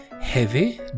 heavy